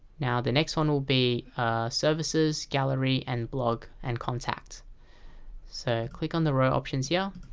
now the next one will be services, gallery, and blog, and contact so click on the row options yeah